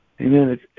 Amen